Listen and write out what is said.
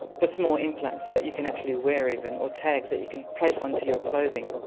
but small implants that you can actually wear even, or tags that you can place onto your clothing.